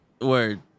Word